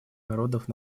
народов